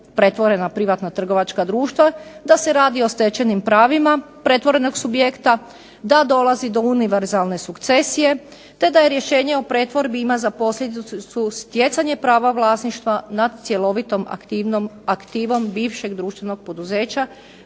da se radi o stečenim pravima pretvorenog subjekta, da dolazi do univerzalne sukcesije, te da je rješenje o pretvorbi ima za posljedicu stjecanje prava vlasništva nad cjelovitom aktivom bivšeg društvenog poduzeća